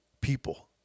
people